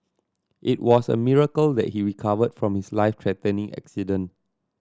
it was a miracle that he recovered from his life threatening accident